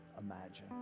imagine